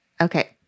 Okay